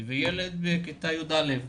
וילד בכיתה י"א.